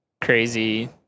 crazy